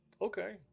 okay